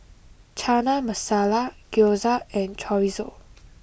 Chana Masala Gyoza and Chorizo